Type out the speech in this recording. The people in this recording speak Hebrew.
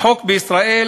השר,